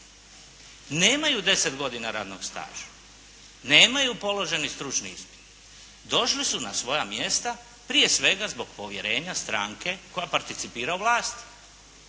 Nemaju deset godina radnog staža. Nemaju položeni stručni ispit. Došli su na svoja mjesta prije svega zbog povjerenja stranke koja participira vlast.